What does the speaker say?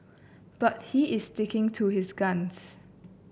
but he is sticking to his guns